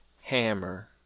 hammer